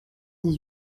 dix